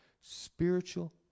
spiritual